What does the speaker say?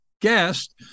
guest